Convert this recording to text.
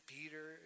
Peter